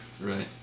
Right